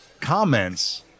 comments